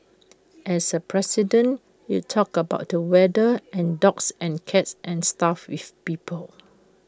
as A president you talk about the weather and dogs and cats and stuff with people